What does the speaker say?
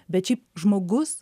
bet šiaip žmogus